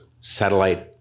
satellite